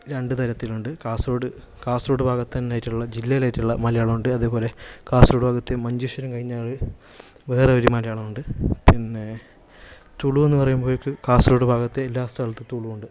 രണ്ടു തരത്തിലുണ്ട് കാസര്ഗോഡ് കാസര്ഗോഡ് ഭാഗത്ത് തന്നെയായിട്ടുള്ള ജില്ലയിലെ ആയിട്ടുള്ള മലയാളം ഉണ്ട് അതേപോലെ കാസര്ഗോഡ് ഭാഗത്തെ മഞ്ചേശ്വരം കഴിഞ്ഞാൽ വേറെ ഒരു മലയാളം ഉണ്ട് പിന്നെ തുളുവെന്നു പറയുമ്പോഴേക്ക് കാസര്ഗോഡ് ഭാഗത്തെ എല്ലാ സ്ഥലത്തും തുളു ഉണ്ട്